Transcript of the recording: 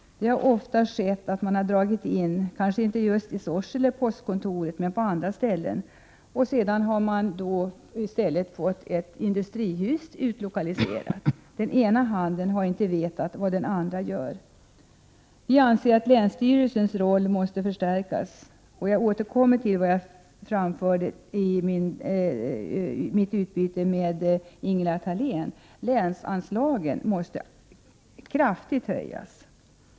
Det har ofta hänt att man har dragit in postkontor, kanske inte just i Sorsele men på andra ställen. Sedan har man i stället fått ett industrihus utlokaliserat. Den ena handen har inte vetat vad den andra gör. Vi anser att länsstyrelsens roll måste förstärkas, och jag återkommer till vad jag framförde i mitt tankeutbyte med Ingela Thalén: länsanslagen måste höjas kraftigt.